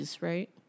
Right